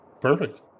Perfect